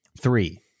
Three